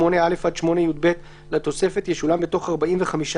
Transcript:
אנחנו צופים די בדאגה על מה שקורה במדינה.